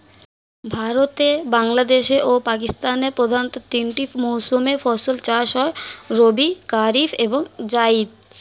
ভারতে, বাংলাদেশ ও পাকিস্তানের প্রধানতঃ তিনটি মৌসুমে ফসল চাষ হয় রবি, কারিফ এবং জাইদ